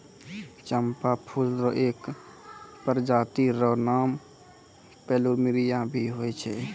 चंपा फूल र एक प्रजाति र नाम प्लूमेरिया भी होय छै